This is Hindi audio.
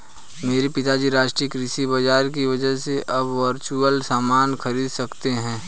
मेरे पिताजी राष्ट्रीय कृषि बाजार की वजह से अब वर्चुअल सामान खरीद सकते हैं